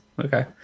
okay